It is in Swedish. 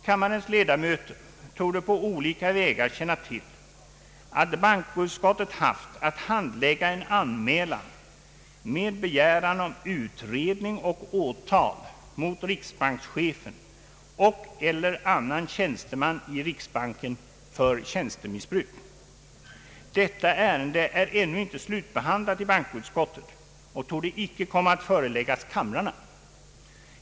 Kammarens ledamöter torde på olika vägar känna till att bankoutskottet haft att handlägga en anmälan med begäran om utredning och åtal mot riksbankchefen och/eller annan tjänsteman i riksbanken för tjänstemissbruk. Detta ärende är ännu inte slutbehandlat i bankoutskottet och torde inte komma att föreläggas kamrarna.